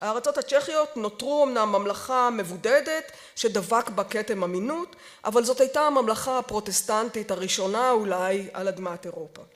הארצות הצ'כיות נותרו אמנם הממלכה המבודדת שדבק בה כתם אמינות אבל זאת הייתה הממלכה הפרוטסטנטית הראשונה אולי על אדמת אירופה.